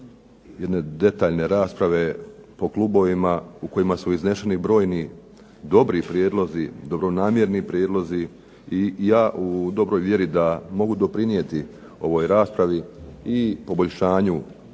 jedne detaljne rasprave po klubovima u kojima su izneseni brojni dobri prijedlozi, dobronamjerni prijedlozi i ja u dobroj vjeri da mogu doprinijeti ovoj raspravi i poboljšanju